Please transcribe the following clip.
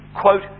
quote